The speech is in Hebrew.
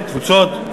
תפוצות.